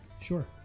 Sure